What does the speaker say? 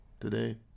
today